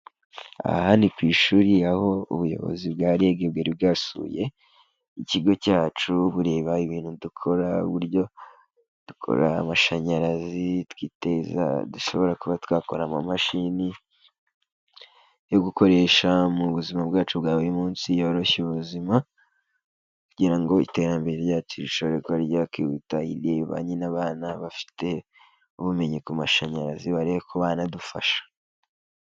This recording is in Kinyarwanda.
Aha ni ku ishuri aho ubuyobozi bwa rege bwari bwasuye ikigo cyacu bureba ibintu dukora, uburyo dukora amashanyarazi twiteza dushobora kuba twakora amamashini yo gukoresha mu buzima bwacu bwa buri munsi yoroshye ubuzima, kugirango iterambere ryacu rishobore kuba ryakwihuta rirebanye n'abana bafite ubumenyi ku mashanyarazi barebe ko banadufasha.